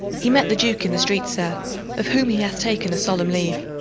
he met the duke in the street, sir of whom he hath taken a solemn leave.